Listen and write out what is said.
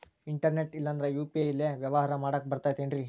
Internet ಇಲ್ಲಂದ್ರ UPI ಲೇ ವ್ಯವಹಾರ ಮಾಡಾಕ ಬರತೈತೇನ್ರೇ?